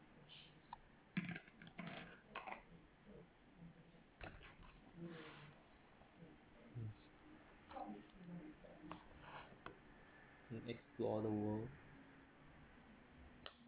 explore the world